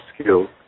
skill